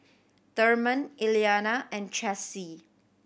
Therman Elianna and Chessie